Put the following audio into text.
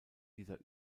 dieser